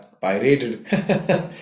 pirated